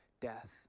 death